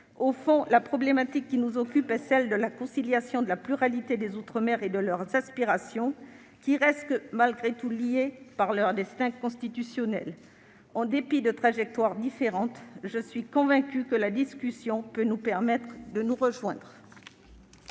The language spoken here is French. au fond, la problématique qui nous occupe est celle de la conciliation de la pluralité des outre-mer et de leurs aspirations, qui restent malgré tout liées par leur destin constitutionnel. En dépit de trajectoires différentes, je suis convaincue que la discussion peut nous permettre de nous rejoindre.